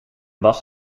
was